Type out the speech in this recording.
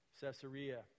Caesarea